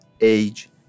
age